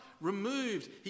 removed